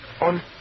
on